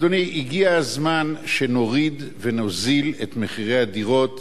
אדוני, הגיע הזמן שנוריד, ונוזיל, את מחירי הדירות